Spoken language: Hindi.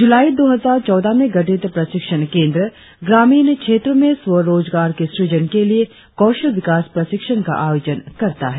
जुलाई दो हजार चौदह में गठित प्रशिक्षण केंद्र ग्रामीण क्षेत्रों में स्व रोजगार के सृजन के लिए कौशल विकास प्रशिक्षण का आयोजन करता है